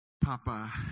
Papa